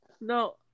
No